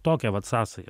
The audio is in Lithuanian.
tokią vat sąsają